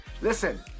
Listen